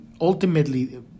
ultimately